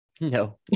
No